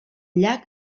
llac